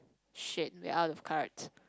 shit there out of cards